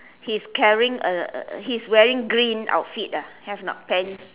he's carrying a he's wearing green outfit ah have or not pants